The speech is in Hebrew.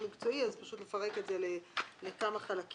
מקצועי אז אני חושבת שיש לפרק זאת לכמה חלקים.